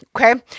Okay